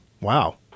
wow